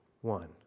one